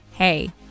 Hey